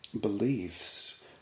beliefs